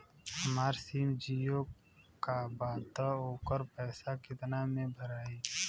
हमार सिम जीओ का बा त ओकर पैसा कितना मे भराई?